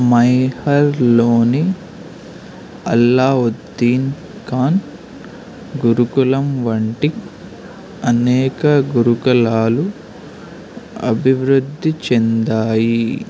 మైహర్లోని అల్లావుద్దీన్ ఖాన్ గురుకులం వంటి అనేక గురుకులాలు అభివృద్ధి చెందాయి